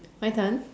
my turn